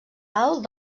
alt